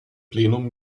plenum